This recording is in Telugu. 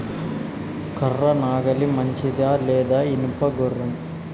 కర్ర నాగలి మంచిదా లేదా? ఇనుప గొర్ర?